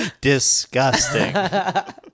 Disgusting